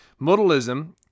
Modalism